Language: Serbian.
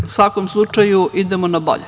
U svakom slučaju, idemo na bolje.